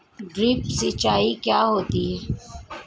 Drip सिंचाई क्या होती हैं?